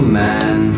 man